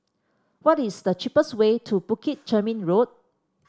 what is the cheapest way to Bukit Chermin Road